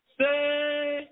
say